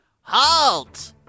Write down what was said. Halt